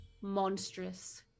monstrous